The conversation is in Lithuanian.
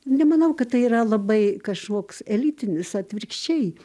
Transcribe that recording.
nemanau kad tai yra labai kažkoks elitinis atvirkščiai